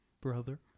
Brother